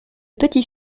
petit